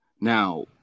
now